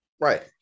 Right